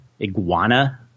iguana